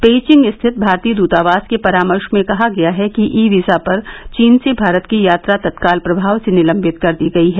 Beijing स्थित भारतीय दूतावास के परामर्श में कहा गया है कि ई वीजा पर चीन से भारत की यात्रा तत्काल प्रभाव से निलंबित कर दी गई है